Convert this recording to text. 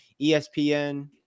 espn